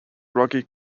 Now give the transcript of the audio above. rocky